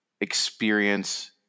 experience